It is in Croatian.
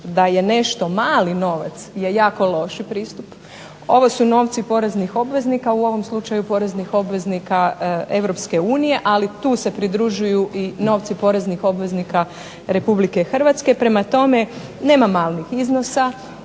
da je nešto mali novac je jako loši pristup, ovo su novci poreznih obveznika, u ovom slučaju poreznih obveznika Europske unije, ali tu se pridružuju i novci poreznih obveznika Republike Hrvatske. Prema tome nema malih iznosa,